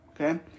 Okay